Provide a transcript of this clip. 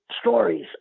stories